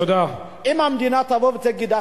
אם המדינה תבוא ותגיד,